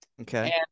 Okay